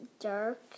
dark